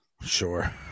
sure